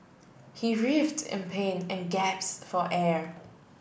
he writhed in pain and gasped for air